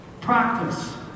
Practice